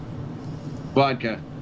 Vodka